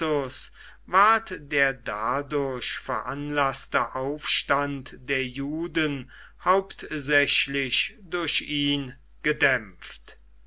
der dadurch veranlaßte aufstand der juden hauptsächlich durch ihn gedämpft